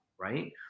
right